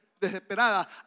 desesperada